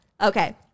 Okay